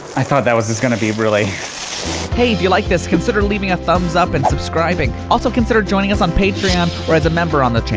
i thought that was just gonna be really hey if you like this, consider leaving a thumbs-up, and subscribing. also, consider joining us on patreon, or as a member on the